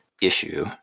issue